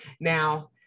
Now